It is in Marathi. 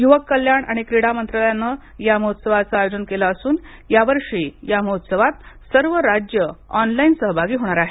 युवक कल्याण आणि क्रीडा मंत्रालयाने या महोत्सवाचे आयोजन केले असून या वर्षी ह्या महोत्सवात सर्व राज्ये ऑनलाइन सहभागी होणार आहेत